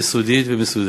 יסודית ומסודרת.